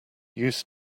used